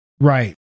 Right